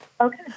Okay